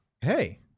Hey